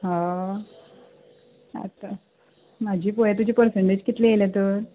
हय अच्छा म्हजी पोवया तुजी पर्सेंटेज कितली आयल्या तर